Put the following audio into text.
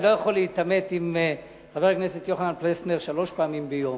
אני לא יכול להתעמת עם חבר הכנסת יוחנן פלסנר שלוש פעמים ביום.